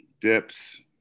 dips